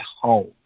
home